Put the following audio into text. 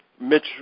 Mitch –